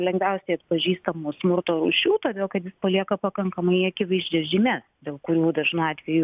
lengviausiai atpažįstamų smurto rūšių todėl kad jis palieka pakankamai akivaizdžias žymes dėl kurių dažnu atveju